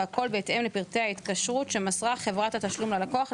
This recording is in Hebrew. והכל בהתאם לפרטי ההתקשרות שמסרה חברת התשלום ללקוח,